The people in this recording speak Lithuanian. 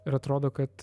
ir atrodo kad